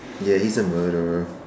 ya he is a murderer